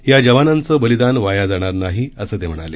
या जवानांचं बलिदान वाया जाणार नाही असं ते म्हणाले